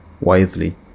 wisely